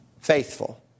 faithful